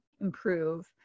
improve